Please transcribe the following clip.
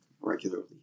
regularly